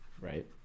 right